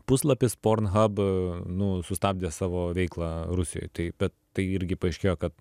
puslapis porn hab nu sustabdė savo veiklą rusijoj tai be tai irgi paaiškėjo kad